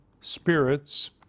spirits